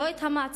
לא את המעצרים,